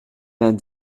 vingt